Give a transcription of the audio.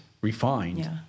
refined